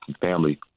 family